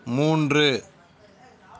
மூன்று